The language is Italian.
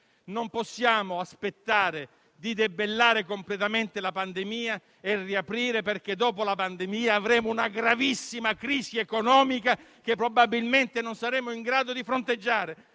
Non possiamo aspettare di debellare completamente la pandemia per riaprire, perché, dopo la pandemia, avremo una gravissima crisi economica, che, probabilmente, non saremo in grado di fronteggiare.